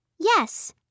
Yes